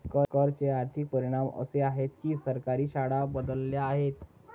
कर चे आर्थिक परिणाम असे आहेत की सरकारी शाळा बदलल्या आहेत